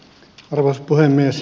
arvoisa puhemies